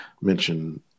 mention